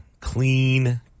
clean